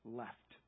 left